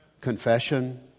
Confession